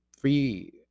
free